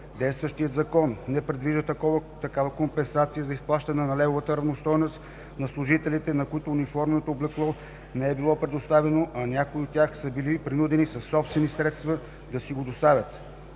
Действащият закон не предвижда такава компенсация за изплащане на левовата равностойност на служителите, на които униформено облекло не е било предоставено, а някои от тях са били принудени със собствени средства да си го доставят.